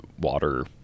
water